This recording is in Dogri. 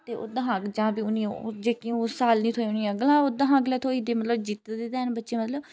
ते तां भी जि'नें ओह् जेह्के उस साल निं थ्होई उ'नें गी ओह्दे शा अगले साल थ्होई दे ते मतलब जित्तदे ते हैन बच्चे मतलब